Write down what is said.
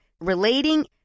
relating